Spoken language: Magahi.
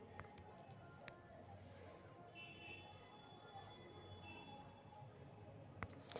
भारत में आर्थिक बजार के विनियमन सेबी द्वारा कएल जाइ छइ